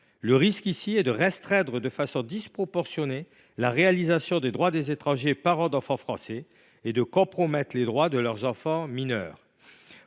Le danger est de restreindre de façon disproportionnée l’exercice des droits des étrangers parents d’enfants français et de compromettre les droits de leurs enfants mineurs.